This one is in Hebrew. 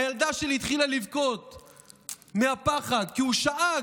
הילדה שלי התחילה לבכות מהפחד, כי הוא שאג.